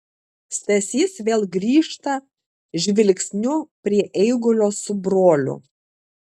stasys vėl grįžta žvilgsniu prie eigulio su broliu